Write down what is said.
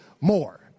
more